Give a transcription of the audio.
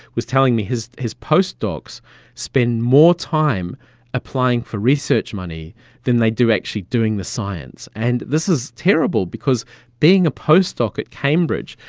was telling me his his post docs spend more time applying for research money than they do actually doing the science. and this is terrible because being a post doc at cambridge,